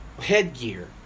headgear